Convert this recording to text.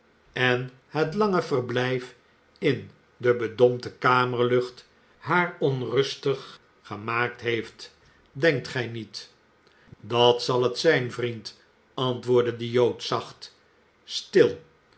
en het lange verblijf in de bedompte kamerlucht haar onrustig gemaakt heeft denkt gij niet dat zal het zijn vriend antwoordde de jood zacht stil